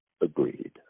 agreed